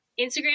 Instagram